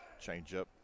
changeup